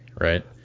right